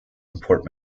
import